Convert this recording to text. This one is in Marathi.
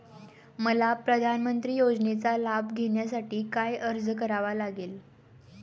मला प्रधानमंत्री योजनेचा लाभ घेण्यासाठी काय अर्ज करावा लागेल?